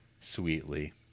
Sweetly